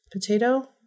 potato